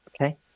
Okay